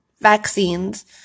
vaccines